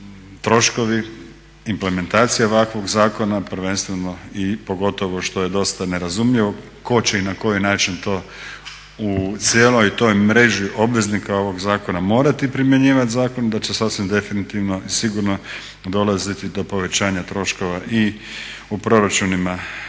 troškovi, implementacija ovakvog zakona, prvenstveno i pogotovo što je dosta nerazumljivo, tko će i na koji način to u cijeloj toj mreži obveznika ovog zakona morati primjenjivat zakon, da će sasvim definitivno i sigurno dolaziti do povećanja troškova i u proračunima